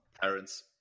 Parents